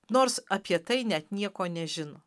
nors apie tai net nieko nežino